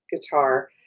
guitar